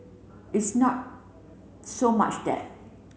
it's not so much that